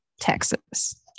texas